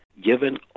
given